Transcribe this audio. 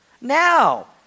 Now